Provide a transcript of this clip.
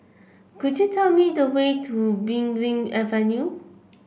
could you tell me the way to Belimbing Avenue